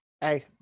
Hey